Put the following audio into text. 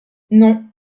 non